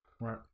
Right